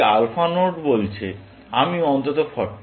এই আলফা বলছে আমি অন্তত 40